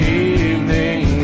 evening